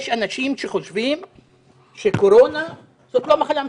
יש אנשים שחושבים שקורונה זאת לא מחלה מסוכנת,